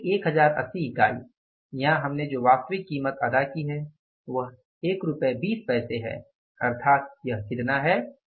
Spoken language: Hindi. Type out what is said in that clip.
वास्तविक 1080 इकाई यहां हमने जो वास्तविक कीमत अदा की है वह 12 है अर्थात यह कितना है